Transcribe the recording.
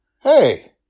Hey